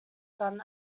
son